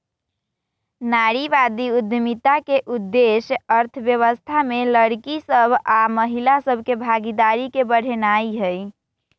नारीवाद उद्यमिता के उद्देश्य अर्थव्यवस्था में लइरकि सभ आऽ महिला सभ के भागीदारी के बढ़ेनाइ हइ